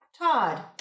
Todd